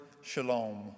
shalom